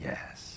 Yes